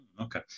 Okay